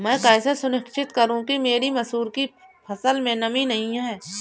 मैं कैसे सुनिश्चित करूँ कि मेरी मसूर की फसल में नमी नहीं है?